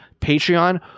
Patreon